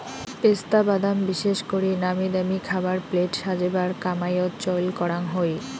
পেস্তা বাদাম বিশেষ করি নামিদামি খাবার প্লেট সাজেবার কামাইয়ত চইল করাং হই